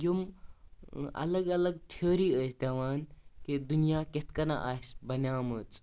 یِم الگ الگ تھیوٚری ٲسۍ دِوان کہِ دُنیا کِتھٕ کٔنۍ آسہِ بَنیامٕژ